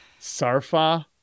Sarfa